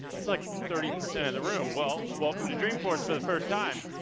that's like thirty percent of the room. well, welcome to dreamforce for the first time.